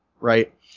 right